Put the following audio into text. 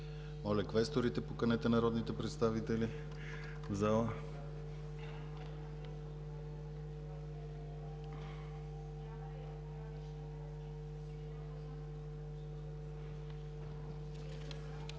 Моля, квесторите, поканете народните представители в залата.